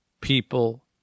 people